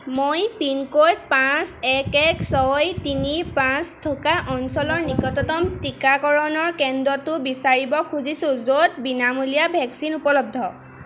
মই pin code পাঁচ এক এক ছয় তিনি পাঁচ থকা অঞ্চলৰ নিকটতম টীকাকৰণ কেন্দ্ৰটো বিচাৰিব খুজিছোঁ য'ত বিনামূলীয়া ভেকচিন উপলব্ধ